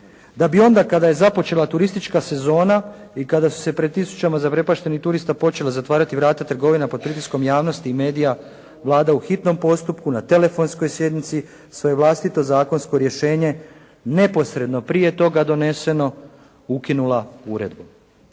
Da bi onda kada je započela turistička sezona i kada su se pred tisućama zaprepaštenih turista počela zatvarati vrata trgovina pod pritiskom javnosti i medija, Vlada u hitnom postupku na telefonskoj sjednici, svoje vlastito zakonsko rješenje neposredno prije toga doneseno, ukinula uredbom.